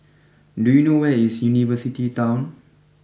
do you know where is University Town